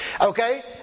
Okay